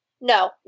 no